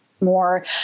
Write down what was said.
more